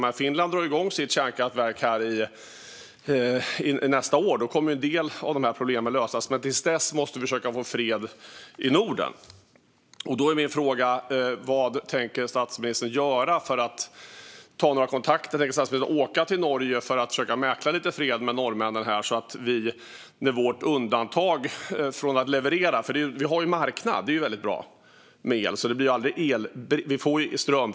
Finland drar igång sitt kärnkraftverk nästa år, och då kommer en del av de här problemen lösas. Till dess måste vi dock försöka få fred i Norden. Därför är min fråga: Vad tänker statsministern göra för att ta kontakter här? Tänker statsministern åka till Norge för att försöka mäkla lite fred med norrmännen när det gäller vårt undantag från att leverera? Vi har ju en marknad när det gäller el, vilket är väldigt bra - vi får nämligen alltid ström.